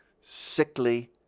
sickly